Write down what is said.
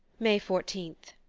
may fourteenth.